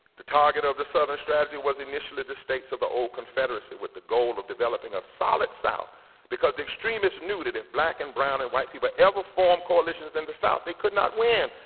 the target of the southern strategy was initially the states of the old confederacy with the goal of developing a solid south because the extremists knew that if black and brown and white people ever formed coalitions in and the south, they could not win,